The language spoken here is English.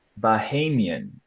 Bahamian